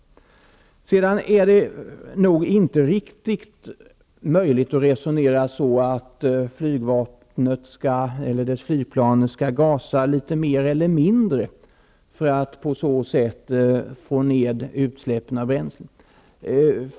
Det är nog inte riktigt möjligt att resonera så, att flygvapnets flygplan skall gasa litet mer eller mindre för att på så sätt få ned utsläppen av bränsle.